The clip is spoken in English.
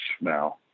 now